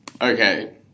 Okay